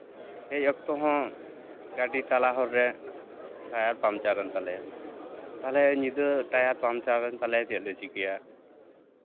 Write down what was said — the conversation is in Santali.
ᱦᱮᱡ ᱚᱠᱛᱚ ᱦᱚᱸ ᱜᱟᱹᱰᱤ ᱛᱟᱞᱟ ᱦᱚᱨᱨᱮ ᱴᱟᱭᱟᱨ ᱯᱟᱢᱪᱟᱨᱮᱱ ᱛᱟᱞᱮᱭᱟ ᱛᱟᱦᱞᱮ ᱧᱤᱫᱟᱹ ᱴᱟᱭᱟᱨ ᱯᱟᱢᱪᱟᱨᱮᱱ ᱛᱟᱞᱮᱭᱟ ᱪᱮᱫ ᱞᱮ ᱪᱤᱠᱟᱹᱭᱟ